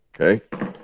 Okay